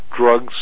drugs